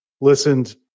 listened